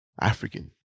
African